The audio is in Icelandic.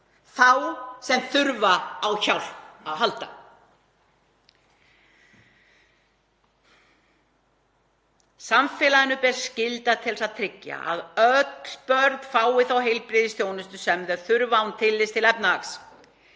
þá sem þurfa á hjálp að halda. Samfélaginu ber skylda til að tryggja að öll börn fái þá heilbrigðisþjónustu sem þau þurfa án tillits til efnahags.